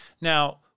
now